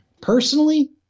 personally